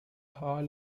hall